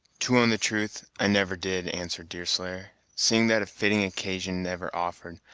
to own the truth, i never did, answered deerslayer seeing that a fitting occasion never offered.